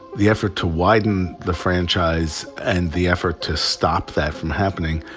the effort to widen the franchise and the effort to stop that from happening,